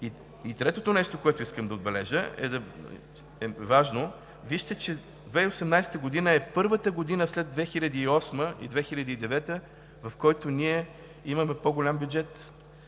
Третото нещо, което искам да отбележа, е важно. Вижте, че 2018 г. е първата година след 2008 г. и 2009 г., в която имаме по голям бюджет.